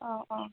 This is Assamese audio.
অ' অ'